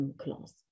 clause